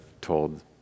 told